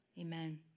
Amen